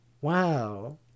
wow